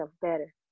better